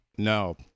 No